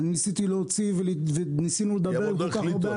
אני ניסיתי להוציא וניסינו לדבר עם כל כך הרבה אנשים.